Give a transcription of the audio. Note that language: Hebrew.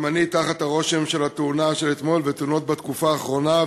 גם אני תחת הרושם של התאונה של אתמול ותאונות בתקופה האחרונה,